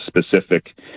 specific